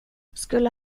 skulle